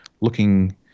looking